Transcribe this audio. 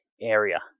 area